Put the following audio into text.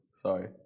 Sorry